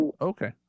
Okay